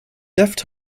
left